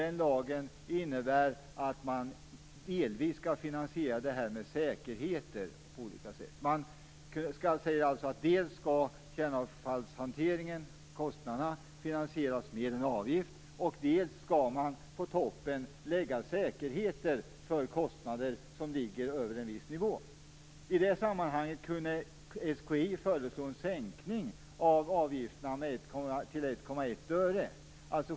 Den lagen innebär att man delvis skall finansiera med säkerheter. Man säger att kostnaderna för kärnavfallshanteringen skall finansieras med en avgift, och på toppen skall man lägga säkerheter för kostnader som ligger över en viss nivå. I det sammanhanget kunde SKI föreslå en sänkning av avgifterna till 1,1 öre.